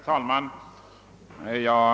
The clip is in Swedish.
Herr talman!